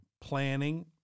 planning